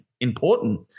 important